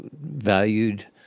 valued